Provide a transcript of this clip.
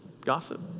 Gossip